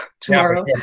tomorrow